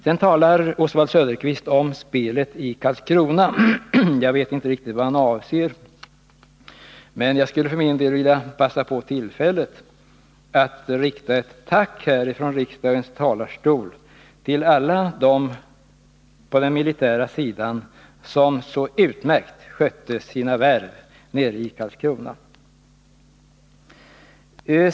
Sedan talar Oswald Söderqvist om spelet i Karlskrona. Jag vet inte riktigt vad han avser, men jag skulle för min del vilja passa på tillfället att från riksdagens talarstol rikta ett tack till alla dem på den militära sidan som så utmärkt skötte sina värv nere i Karlskrona.